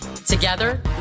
Together